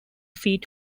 feet